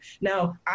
Now